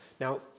Now